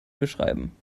beschreiben